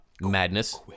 madness